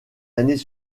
années